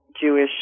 Jewish